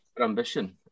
ambition